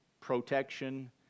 protection